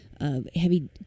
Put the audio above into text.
heavy